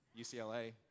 UCLA